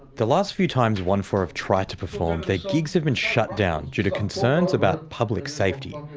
the last few times onefour have tried to perform their gigs have been shut down due to concerns about public safety.